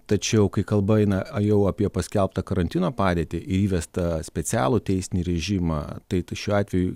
tačiau kai kalba eina jau apie paskelbtą karantino padėtį įvestą specialų teisinį režimą tai tai šiuo atveju